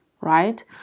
right